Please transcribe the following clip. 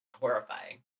horrifying